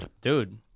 Dude